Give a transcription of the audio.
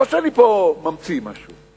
לא שאני ממציא פה משהו.